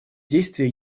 действия